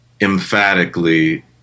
emphatically